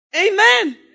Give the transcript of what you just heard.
Amen